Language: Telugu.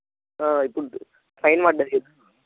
ఇప్పుడు ఫైన్ పడ్డది